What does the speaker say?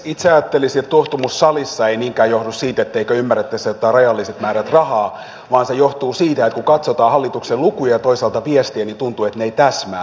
itse ajattelisin että tuohtumus salissa ei niinkään johdu siitä etteikö ymmärrettäisi että on rajalliset määrät rahaa vaan se johtuu siitä että kun katsotaan hallituksen lukuja ja toisaalta viestiä niin tuntuu että ne eivät täsmää